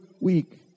week